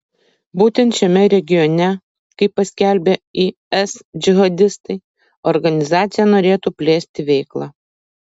būtent šiame regione kaip paskelbė is džihadistai organizacija norėtų plėsti veiklą